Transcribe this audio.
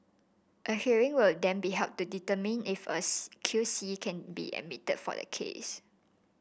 a hearing will then be held to determine if a C Q C can be admitted for the case